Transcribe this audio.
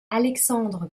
alexandre